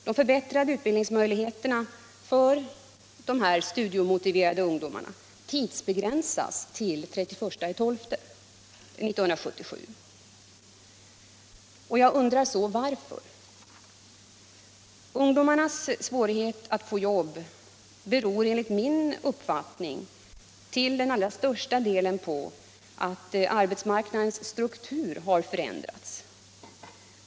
De förbättrade utbildningsmöjligheterna för dessa studieomotiverade ungdomar begränsas i tiden till den 31 december 1977 och jag undrar: Varför? Ungdomarnas svårighet att få jobb beror enligt min uppfattning till den allra största delen på att arbetsmarknadens struktur har förändrats.